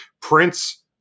prince